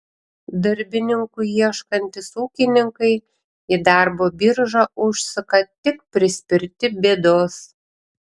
darbininkų ieškantys ūkininkai į darbo biržą užsuka tik prispirti bėdos